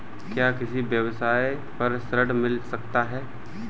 क्या किसी व्यवसाय पर ऋण मिल सकता है?